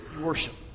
worship